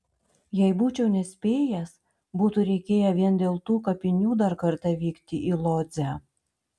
jei būčiau nespėjęs būtų reikėję vien dėl tų kapinių dar kartą vykti į lodzę